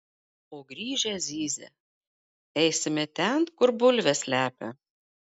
o grįžę zyzia eisime ten kur bulves slepia